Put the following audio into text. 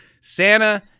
Santa